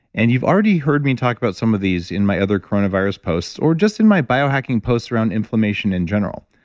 and you've already heard me talk about some of these in my other coronavirus posts, or just in my biohacking posts around inflammation in general,